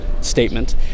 statement